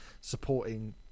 supporting